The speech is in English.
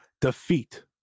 defeat